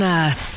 earth